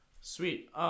Sweet